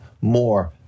more